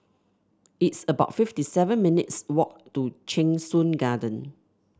it's about fifty seven minutes' walk to Cheng Soon Garden